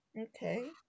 Okay